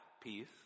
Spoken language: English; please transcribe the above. peace